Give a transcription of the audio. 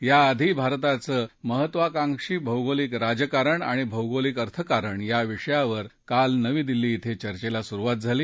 याआधी भारताचं महत्त्वाकांक्षी भौगोलिक राजकारण आणि भौगोलिक अर्थकारण या विषयावर काल नवी दिल्ली ध्वें चर्चेला सुरुवात झाली